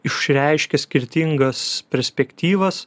išreiškia skirtingas perspektyvas